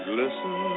listen